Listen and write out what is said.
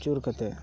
ᱟᱹᱪᱩᱨ ᱠᱟᱛᱮ